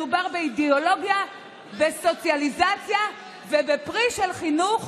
מדובר באידיאולוגיה וסוציאליזציה ובפרי של חינוך,